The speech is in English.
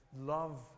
love